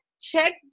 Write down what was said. check